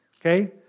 Okay